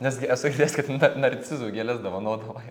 nes gi esu girdėjęs kad na narcizų gėles dovanodavo jam